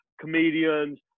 comedians